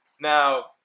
now